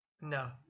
No